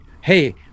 hey